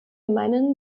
meinen